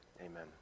amen